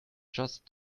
just